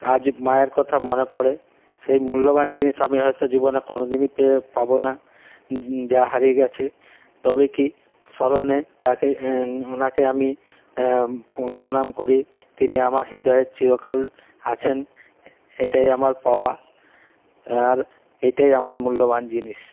আজ মায়ের কথা মনে পড়ে সেই মূল্যবান জিনিস আমি হয়তো জীবনে কোনো দিনই পেয়ে পাবো না যা হারিয়ে গেছে তবে কি স্মরণে তাকে ওনাকে আমি প্রণাম করি তিনি আমার হৃদয়ে চিরকাল আছেন এটাই আমার পাওয়া আর এটাই আমার মূল্যবান জিনিস